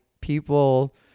people